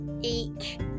Eek